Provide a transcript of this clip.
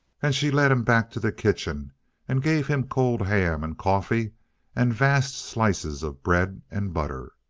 and she led him back to the kitchen and gave him cold ham and coffee and vast slices of bread and butter.